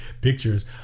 Pictures